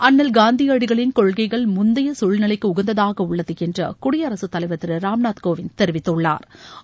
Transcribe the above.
அன்னல் காந்தியடிகளின் கொள்கைகள் முந்தைய சூழ்நிலைக்கும் உகந்ததாக உள்ளது என்று குடியரசு தலைவர் திரு ராம்நாத் கோவிந்த் தெரிவித்துள்ளாா்